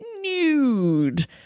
nude